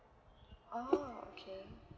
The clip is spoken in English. oh okay